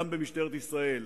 גם במשטרת ישראל,